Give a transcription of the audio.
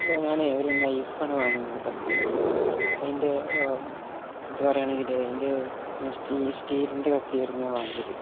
hello ഞാനേ ഒരു നൈഫാണ് വാങ്ങിയത് കത്തി അതിൻ്റെ ഇത് പറയുകയാണെങ്കിൽ അതിൻ്റെ സ്റ്റീ സ്റ്റീലിൻ്റെ കത്തിയായിരുന്നു ഞാൻ വാങ്ങിയത്